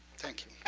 thank you.